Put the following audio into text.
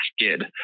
skid